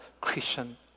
Christian